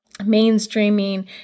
mainstreaming